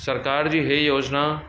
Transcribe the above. सरकार जी इहा योजना